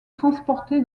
transporté